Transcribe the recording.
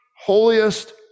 holiest